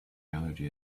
allergy